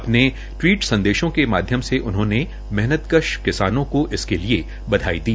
अपने टवीट संदेशों के माध्यम से उन्होंने मेहनतकश किसानों को इसके लिए बधाई दी